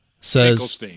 says